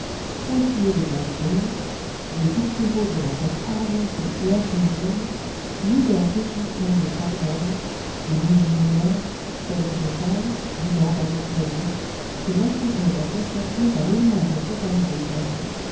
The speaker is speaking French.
pointillés de taches brunes des diptérodons à tête argentée et à queue jaune divers échantillons de salmones des mugilomores sveltes de taille brillant d'un éclat doux que lacépède a consacrés à l'aimable compagne de sa vie